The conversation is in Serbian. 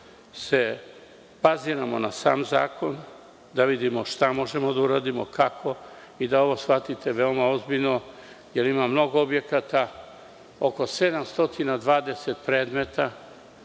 se baziramo na sam zakon, da vidimo šta možemo da uradimo, kako i da ovo shvatite veoma ozbiljno, jer ima mnogo objekata. Oko 720 predmeta